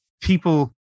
people